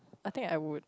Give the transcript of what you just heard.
I think I would